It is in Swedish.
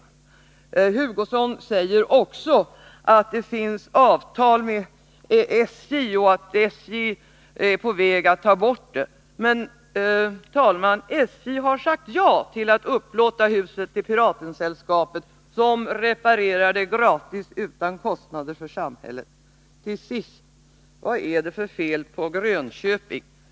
Kurt Hugosson säger också att det finns avtal med SJ och att SJ är på väg att ta bort huset. Men, herr talman, SJ har sagt ja till att upplåta huset till Piratensällskapet, som reparerar det gratis, utan kostnader för samhället. Till sist: Vad är det för fel på Grönköping?